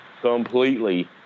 completely